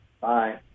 Bye